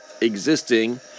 existing